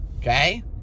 okay